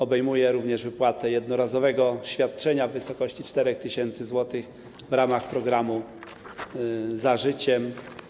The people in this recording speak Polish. Obejmuje również wypłatę jednorazowego świadczenia w wysokości 4 tys. zł w ramach programu „Za życiem”